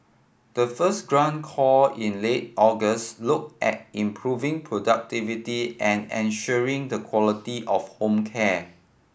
the first grant call in late August looked at improving productivity and ensuring the quality of home care